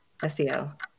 SEO